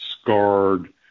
scarred